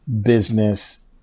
business